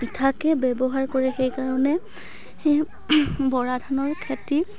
পিঠাকে ব্যৱহাৰ কৰে সেইকাৰণে বৰা ধানৰ খেতি